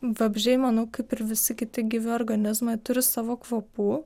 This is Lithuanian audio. vabzdžiai manau kaip ir visi tik gyvi organizmai turi savo kvapų